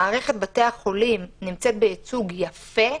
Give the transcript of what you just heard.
מערכת בתי החולים נמצאת בייצוג יפה,